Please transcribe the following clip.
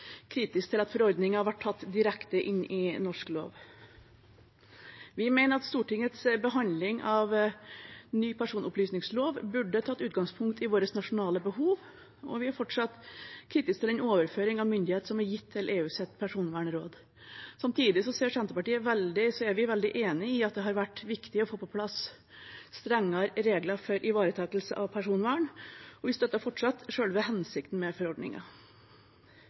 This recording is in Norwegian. kritisk til at forordningen blir tatt direkte inn i norsk lov. Vi mener at Stortingets behandling av ny personopplysningslov burde tatt utgangspunkt i våre nasjonale behov, og vi er fortsatt kritiske til den overføring av myndighet som er gitt til EUs personvernråd. Samtidig er vi veldig enig i at det har vært viktig å få på plass strengere regler for ivaretakelse av personvern, og vi støtter fortsatt selve hensikten med